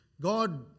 God